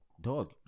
dog